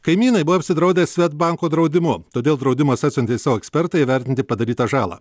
kaimynai buvo apsidraudę svedbanko draudimu todėl draudimas atsiuntė savo ekspertą įvertinti padarytą žalą